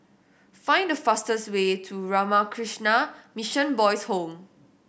find the fastest way to Ramakrishna Mission Boys' Home